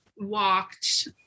walked